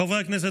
חברי הכנסת,